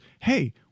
hey